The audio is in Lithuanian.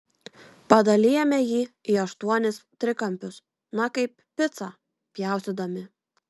padalijame jį į aštuonis trikampius na kaip picą pjaustydami